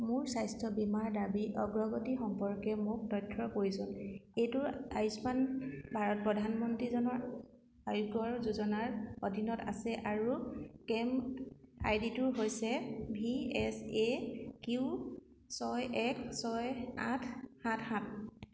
মোৰ স্বাস্থ্য বীমা দাবীৰ অগ্ৰগতি সম্পৰ্কে মোক তথ্যৰ প্ৰয়োজন এইটো আয়ুষ্মান ভাৰত প্ৰধানমন্ত্ৰী জন আৰোগ্যৰ যোজনাৰ অধীনত আছে আৰু ক্লেইম আই ডিটো হৈছে ভি এছ এ কিউ ছয় এক ছয় আঠ সাত সাত